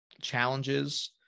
challenges